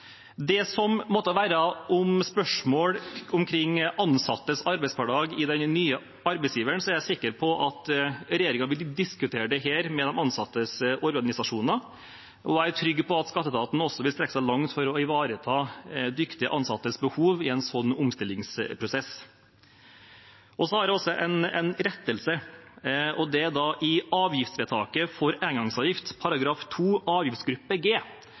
Det som måtte være av spørsmål omkring ansattes arbeidshverdag under den nye arbeidsgiveren, er jeg sikker på at regjeringen vil diskutere med de ansattes organisasjoner, og jeg er trygg på at skatteetaten også vil strekke seg langt for å ivareta dyktige ansattes behov i en slik omstillingsprosess. Så har jeg også en rettelse, og det er i avgiftsvedtaket for engangsavgift, under 2), avgiftsgruppe g: